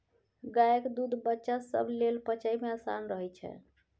गायक दूध बच्चा सब लेल पचइ मे आसान रहइ छै